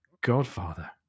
godfather